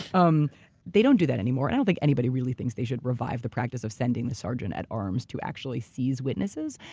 um they don't do that anymore. i don't think anybody really thinks they should revive the practice of sending the sergeant at arms to actually seize witnesses,